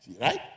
right